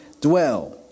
dwell